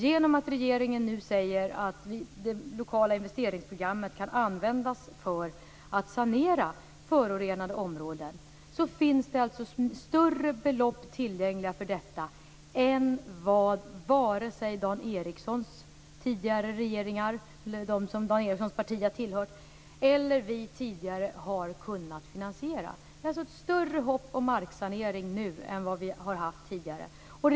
Genom att regeringen nu säger att det lokala investeringsprogrammet kan användas för att sanera förorenade områden finns det alltså större belopp tillgängliga för detta än vad vare sig den tidigare regeringen, där Dan Ericssons parti ingick, eller vi har kunnat finansiera. Det finns alltså ett större hopp om marksanering nu än vad vi tidigare har haft.